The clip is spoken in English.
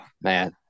man